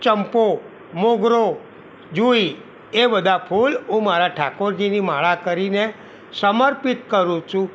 ચંપો મોગરો જૂઈ એ બધા ફૂલ હું મારા ઠાકોરજીની માળા કરીને સમર્પિત કરું છું